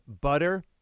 butter